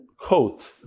coat